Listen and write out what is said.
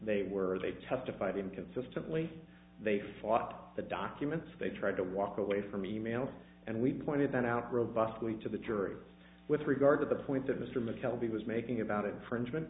they were they testified inconsistently they fought the documents they tried to walk away from e mails and we pointed that out robustly to the jury with regard to the point that mr mccalla b was making about infringement